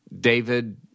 David